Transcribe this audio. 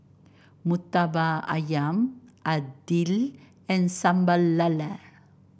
murtabak ayam idly and Sambal Lala